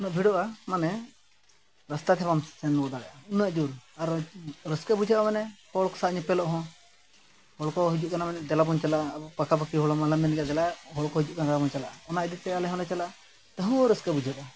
ᱩᱱᱟᱹᱜ ᱵᱷᱤᱲᱚᱜᱼᱟ ᱢᱟᱱᱮ ᱨᱟᱥᱛᱟ ᱛᱮᱦᱚᱸ ᱵᱟᱢ ᱥᱮᱱ ᱨᱩᱣᱟᱹᱲ ᱫᱟᱲᱮᱭᱟᱜᱼᱟ ᱩᱱᱟᱹᱜ ᱡᱳᱨ ᱟᱨᱚ ᱨᱟᱹᱥᱠᱟᱹ ᱵᱩᱡᱷᱟᱹᱜᱼᱟ ᱢᱟᱱᱮ ᱦᱚᱲ ᱠᱚ ᱥᱟᱞᱟᱜ ᱧᱮᱯᱮᱞᱚᱜ ᱦᱚᱸ ᱦᱚᱲ ᱠᱚ ᱦᱤᱡᱩᱜ ᱠᱟᱱᱟ ᱢᱟᱱᱮ ᱫᱮᱞᱟ ᱵᱚᱱ ᱪᱟᱞᱟᱜᱼᱟ ᱟᱵᱚ ᱯᱟᱠᱟ ᱯᱟᱠᱤ ᱦᱚᱲ ᱢᱟᱞᱮ ᱢᱮᱱ ᱜᱮᱭᱟ ᱫᱮᱞᱟ ᱦᱚᱲ ᱠᱚ ᱦᱤᱡᱩᱜ ᱠᱟᱱᱟ ᱫᱟᱬᱟᱱ ᱵᱚᱱ ᱪᱟᱞᱟᱜᱼᱟ ᱚᱱᱟ ᱤᱫᱤᱛᱮ ᱟᱞᱮ ᱦᱚᱸᱞᱮ ᱪᱟᱞᱟᱜᱼᱟ ᱛᱟᱺᱦᱩ ᱨᱟᱹᱥᱠᱟᱹ ᱵᱩᱡᱷᱟᱹᱜᱼᱟ